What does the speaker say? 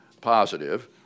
positive